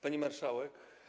Pani Marszałek!